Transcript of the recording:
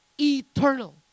eternal